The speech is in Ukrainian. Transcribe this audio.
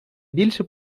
більше